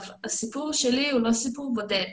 הסיפור שלי הוא לא סיפור בודד.